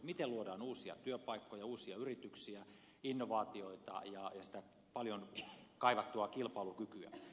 miten luodaan uusia työpaikkoja uusia yrityksiä innovaatioita ja sitä paljon kaivattua kilpailukykyä